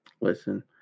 listen